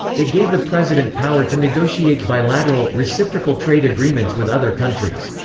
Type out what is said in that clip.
it gave the president power to negotiate bilateral, reciprocal trade agreements with other countries.